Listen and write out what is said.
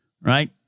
Right